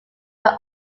but